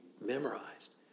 memorized